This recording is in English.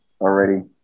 already